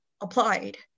applied